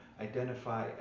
identify